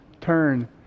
turn